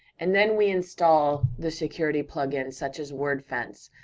and then we install the security plugins, such as wordfence,